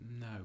No